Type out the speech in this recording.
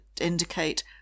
indicate